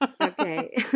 Okay